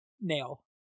Nail